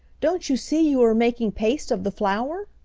don't you see you are making paste of the flour?